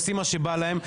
עושים מה שבא להם.